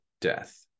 death